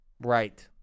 right